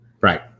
Right